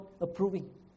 approving